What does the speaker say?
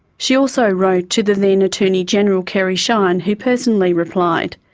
she also wrote to the then attorney-general, kerry shine, who personally replied.